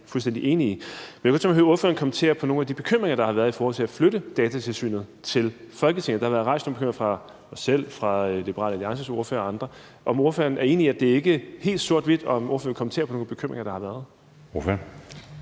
fuldstændig enige. Jeg kunne godt tænke mig at høre ordføreren kommentere på nogle af de bekymringer, der har været i forhold til at flytte Datatilsynet til Folketinget. Der har været rejst nogle bekymringer fra mig selv, fra Liberal Alliances ordfører og fra andre. Er ordføreren enig i, at det ikke er helt sort-hvidt, og vil ordføreren kommentere på nogle af de bekymringer, der har været? Kl.